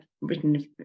written